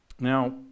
Now